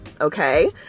okay